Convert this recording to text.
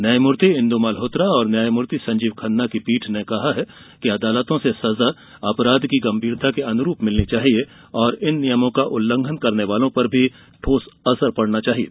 न्यायमूर्ति इंदु मल्होत्रा और न्यायमूर्ति संजीव खन्ना की पीठ ने कहा कि अदालतों से सजा अपराध की गंभीरता के अनुरूप मिलनी चाहिये और इन नियमों का उल्लंघन करने वालों पर भी ठोस असर पडना चाहिये